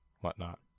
whatnot